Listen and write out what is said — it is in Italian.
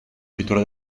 pittura